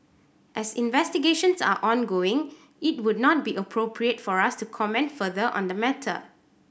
as investigations are ongoing it would not be appropriate for us to comment further on the matter